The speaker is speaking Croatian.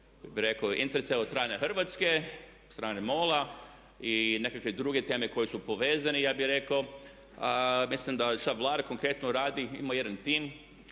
bih rekao od strane Hrvatske, strane MOL-a i nekakve druge teme koje su povezane. I ja bih rekao, mislim da šta Vlada konkretno radi, ima jedan tim